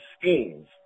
schemes